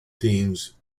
teams